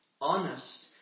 honest